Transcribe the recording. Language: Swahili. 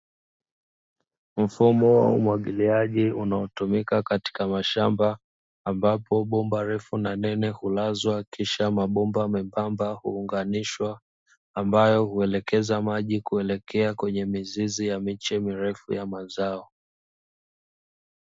Mfumo wa umwagiliaji unaotumika katika mashamba, ambapo bomba refu na nene hulazwa, kisha mabomba membamba huunganishwa, ambayo huelekeza maji kuelekea kwenye mizizi ya miche mirefu ya mazao.